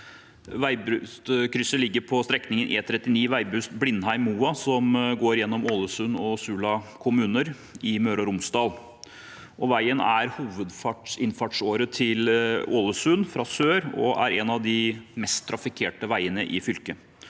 Veibustkrysset ligger på strekningen E39 Veibust–Blindheim–Moa, som går gjennom Ålesund og Sula kommuner i Møre og Romsdal. Veien er hovedinnfartsåre til Ålesund fra sør og er en av de mest trafikkerte veiene i fylket.